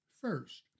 first